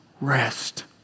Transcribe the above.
rest